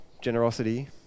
generosity